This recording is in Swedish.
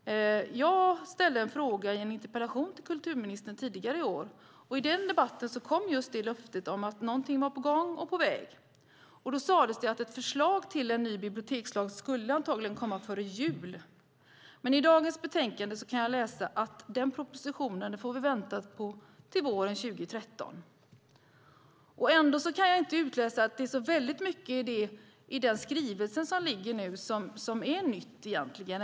I en interpellation tidigare i år ställde jag en fråga till kulturministern. I den debatten kom just ett löfte om att någonting var på gång och på väg. Då sades det att ett förslag till ny bibliotekslag antagligen skulle komma före julen. Men i dagens betänkande kan jag läsa att vi får vänta på den propositionen till våren 2013. Jag kan inte utläsa särskilt mycket nytt i den skrivelse som nu föreligger.